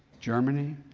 germany,